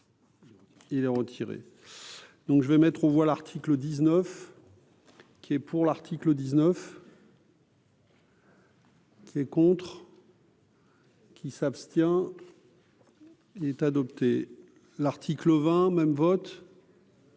Il a retiré, donc je vais mettre aux voix l'article 19 qui est pour l'article 19. Qui est contre. Qui s'abstient, il est adopté l'article auvent même vote.